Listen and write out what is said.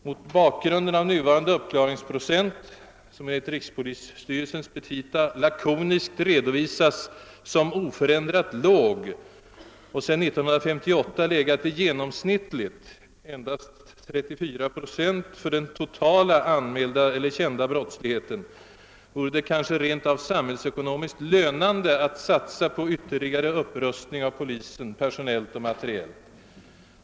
Mot bakgrund av den nuvarande uppklaringsprocenten, som i rikspolisstyrelsens petita lakoniskt redovisas som »oförändrat låg» och som sedan 1958 har legat vid genomsnittligt endast 34 procent för den totala anmälda eller kända brottsligheten, vore det kanske rent av samhällsekonomiskt lönande att satsa på ytterligare upprustning av polisen, personellt och materiellt.